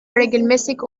regelmäßig